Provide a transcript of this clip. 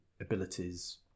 abilities